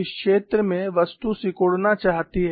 इस क्षेत्र में वस्तु सिकुड़ना चाहती है